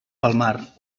palmar